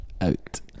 out